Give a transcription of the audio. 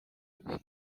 ibi